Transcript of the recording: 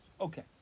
Okay